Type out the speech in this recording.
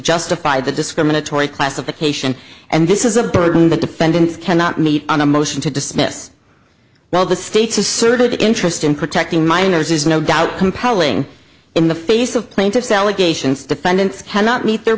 justify the discriminatory classification and this is a burden that defendants cannot meet on a motion to dismiss while the state's asserted interest in protecting minors is no doubt compelling in the face of plaintiff's allegations defendants cannot meet their